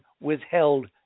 withheld